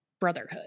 Brotherhood